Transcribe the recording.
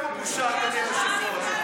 שלנתניהו אין תשובה עליה,